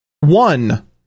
One